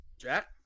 Jack